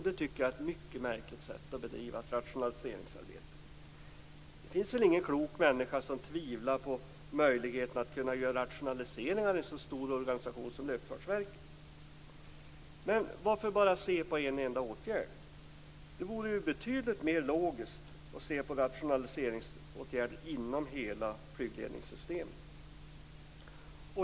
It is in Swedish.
Det tycker jag är ett mycket märkligt sätt att bedriva ett rationaliseringsarbete på. Det finns väl ingen klok människa som tvivlar på möjligheterna att göra rationaliseringar i en så stor organisation som Luftfartsverket. Men varför bara se på en enda åtgärd? Det vore betydligt mer logiskt att se på rationaliseringsåtgärder inom hela flygledningssystemet.